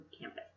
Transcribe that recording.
campus